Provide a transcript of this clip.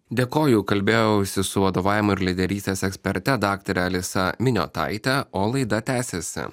dėkoju kalbėjausi su vadovavimo ir lyderystės eksperte daktare alisa miniotaite o laida tęsiasi